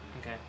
Okay